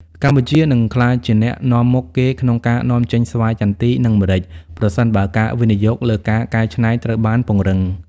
កម្ពុជានឹងក្លាយជាអ្នកនាំមុខគេក្នុងការនាំចេញស្វាយចន្ទី និងម្រេច ប្រសិនបើការវិនិយោគលើការកែច្នៃត្រូវបានពង្រឹង។